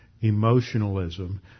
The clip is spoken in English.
emotionalism